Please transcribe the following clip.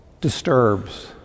disturbs